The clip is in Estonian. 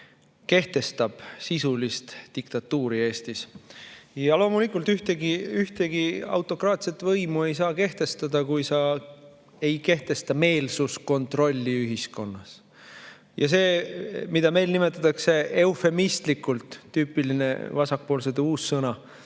kehtestab sisulist diktatuuri Eestis. Ja loomulikult ei saa ühtegi autokraatset võimu kehtestada, kui sa ei kehtesta meelsuskontrolli ühiskonnas. See, mida meil nimetatakse eufemistlikult – tüüpiline vasakpoolsete uus sõna,